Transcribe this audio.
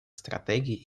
стратегий